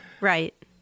Right